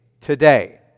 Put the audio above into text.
today